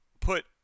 put